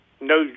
No